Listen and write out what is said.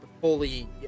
fully